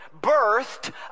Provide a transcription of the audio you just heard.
birthed